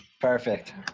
Perfect